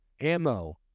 ammo